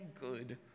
good